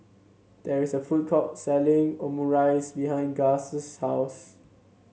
there is a food court selling Omurice behind Guss's house